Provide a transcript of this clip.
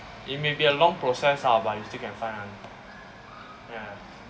it may be a long process lah but you still can find lah ya ya